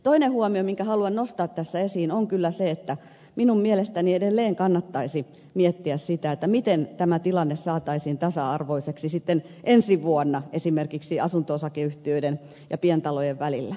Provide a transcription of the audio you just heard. toinen huomio minkä haluan nostaa tässä esiin on kyllä se että minun mielestäni edelleen kannattaisi miettiä sitä miten tämä tilanne saataisiin tasa arvoiseksi ensi vuonna esimerkiksi asunto osakeyhtiöiden ja pientalojen välillä